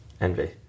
envy